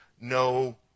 no